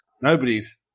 Nobody's